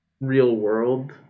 real-world